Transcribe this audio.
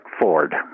Ford